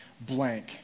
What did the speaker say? blank